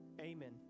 Amen